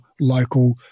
local